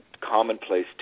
commonplace